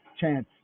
chance